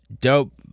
dope